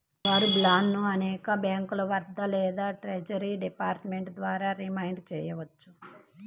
war బాండ్లను అనేక బ్యాంకుల వద్ద లేదా ట్రెజరీ డిపార్ట్మెంట్ ద్వారా రిడీమ్ చేయవచ్చు